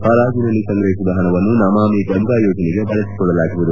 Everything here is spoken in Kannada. ಹರಾಜಿನಲ್ಲಿ ಸಂಗ್ರಹಿಸಿದ ಹಣವನ್ನು ನಮಾಮಿ ಗಂಗಾ ಯೋಜನೆಗೆ ಬಳಸಿಕೊಳ್ಳಲಾಗುವುದು